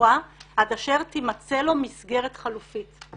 סגורה עד אשר תימצא לו מסגרת חלופית.